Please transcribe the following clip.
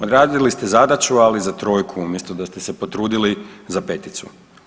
Odradili ste zadaću, ali za trojku, umjesto da ste se potrudili za peticu.